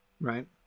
Right